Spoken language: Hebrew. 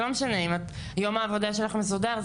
גם אם יום העבודה שלך מסודר,